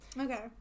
Okay